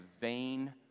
vain